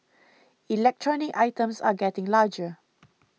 electronic items are getting larger